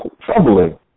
troubling